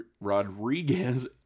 Rodriguez